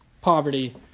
poverty